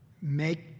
make